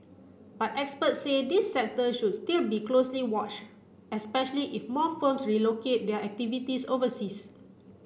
but experts said this sector should still be closely wash especially if more firms relocate their activities overseas